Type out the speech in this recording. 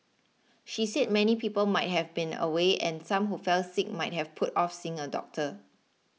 she said many people might have been away and some who fell sick might have put off seeing a doctor